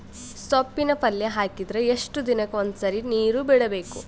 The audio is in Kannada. ಸೊಪ್ಪಿನ ಪಲ್ಯ ಹಾಕಿದರ ಎಷ್ಟು ದಿನಕ್ಕ ಒಂದ್ಸರಿ ನೀರು ಬಿಡಬೇಕು?